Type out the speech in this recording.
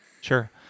Sure